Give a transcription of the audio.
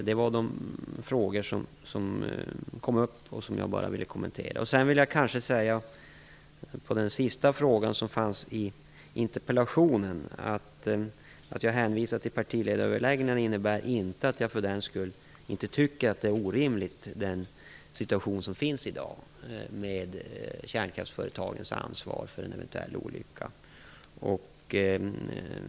Det var mina kommentarer till de frågor som kom upp. Att jag, som svar på den sista frågan i interpellationen, hänvisar till partiledaröverläggningarna innebär inte att jag för den skull inte tycker att dagens situation, med kärnkraftföretagens ansvar för en eventuell olycka, är orimlig.